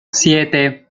siete